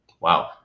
wow